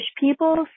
people